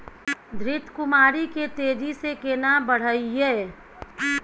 घृत कुमारी के तेजी से केना बढईये?